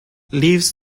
leaves